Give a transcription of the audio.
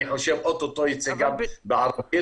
אני חושב או-טו-טו ייצא גם בערבית,